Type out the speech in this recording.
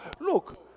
Look